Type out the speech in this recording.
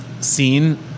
scene